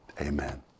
Amen